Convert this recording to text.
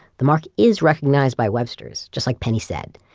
the mark is recognized by webster's, just like penny said,